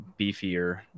beefier